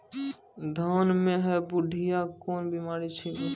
धान म है बुढ़िया कोन बिमारी छेकै?